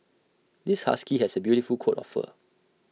this husky has A beautiful coat of fur